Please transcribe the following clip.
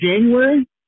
January